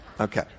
Okay